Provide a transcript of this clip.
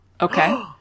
Okay